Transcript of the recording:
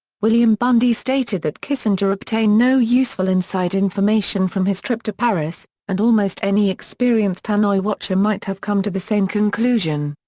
william bundy stated that kissinger obtained no useful inside information from his trip to paris, and almost any experienced hanoi watcher might have come to the same conclusion.